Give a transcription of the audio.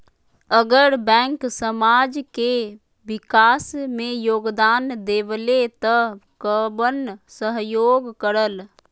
अगर बैंक समाज के विकास मे योगदान देबले त कबन सहयोग करल?